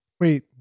Wait